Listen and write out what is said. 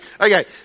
Okay